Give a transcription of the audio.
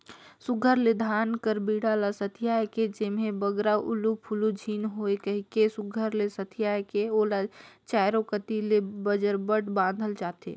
सुग्घर ले धान कर बीड़ा ल सथियाए के जेम्हे बगरा उलु फुलु झिन होए कहिके सुघर ले सथियाए के ओला चाएरो कती ले बजरबट बाधल जाथे